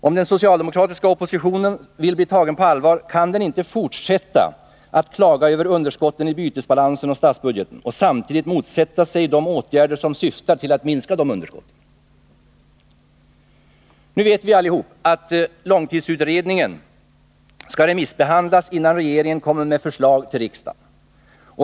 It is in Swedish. Om den socialdemokratiska oppositionen vill bli tagen på allvar, kan den inte fortsätta att klaga över underskotten i bytesbalans och statsbudget och samtidigt motsätta sig de åtgärder som syftar till att minska underskotten. Vi vet alla att långtidsutredningen skall remissbehandlas innan regeringen kommer med förslag till riksdagen.